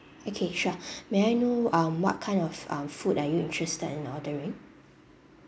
okay sure may I know um what kind of um food are you interested in ordering